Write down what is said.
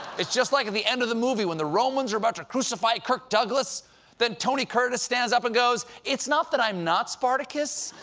it's just like at the end of the movie when the romans are about to crucify kirk douglas, and then tony curtis stands up and goes, it's not that i'm not spartacus.